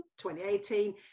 2018